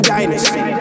Dynasty